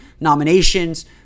nominations